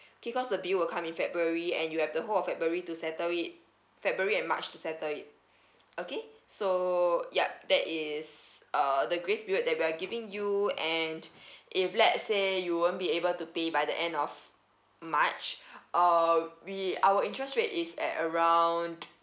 K cause the bill will come in february and you have the whole of february to settle it february and march to settle it okay so yup that is uh the grace period that we're giving you and if let say you won't be able to pay by the end of march uh we our interest rate is at around